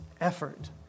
effort